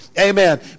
Amen